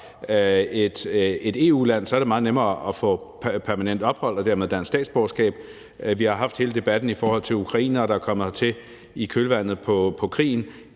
et EU-land, er det meget nemmere at få permanent ophold og dermed dansk statsborgerskab. Vi har haft hele debatten i forhold til ukrainere, der er kommet hertil i kølvandet på krigen.